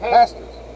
Pastors